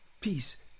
peace